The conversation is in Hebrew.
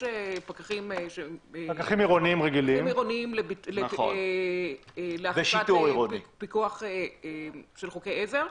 יש פקחים עירוניים לפיקוח של חוקי עזר,